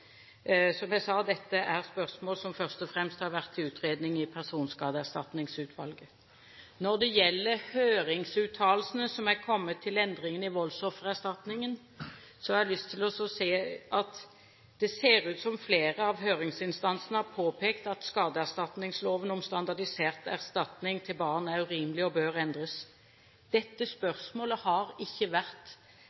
Som jeg sa, dette er spørsmål som først og fremst har vært til utredning i Personskadeerstatningsutvalget. Når det gjelder høringsuttalelsene som er kommet til endringene i voldsoffererstatningen, har jeg lyst til å si at det ser ut som om flere av høringsinstansene har påpekt at skadeerstatningsloven om standardisert erstatning til barn er urimelig og bør endres. Dette